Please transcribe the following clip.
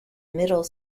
middle